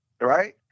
Right